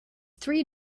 three